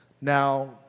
Now